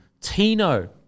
Tino